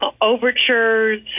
overtures